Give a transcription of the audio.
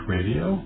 Radio